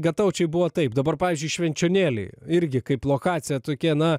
gataučiai buvo taip dabar pavyzdžiui švenčionėliai irgi kaip lokacija tokie na